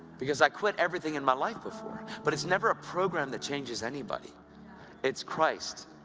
because i quit everything in my life before. but it's never a programme that changes anybody it's christ!